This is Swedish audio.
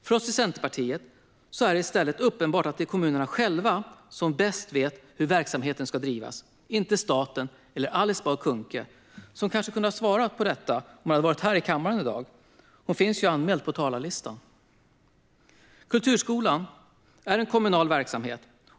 För oss i Centerpartiet är det i stället uppenbart att det är kommunerna själva som bäst vet hur verksamheten ska drivas, inte staten eller Alice Bah Kuhnke. Hon hade kanske kunnat svara på detta om hon hade varit i kammaren i dag. Hon finns ju anmäld på talarlistan. Kulturskolan är en kommunal verksamhet.